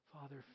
Father